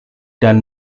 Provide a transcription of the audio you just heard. dan